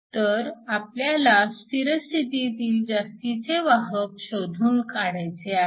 तर आपल्याला स्थिर स्थितीतील जास्तीचे वाहक शोधून काढायचे आहेत